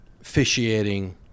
officiating